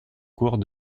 cours